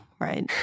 right